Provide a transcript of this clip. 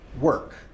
work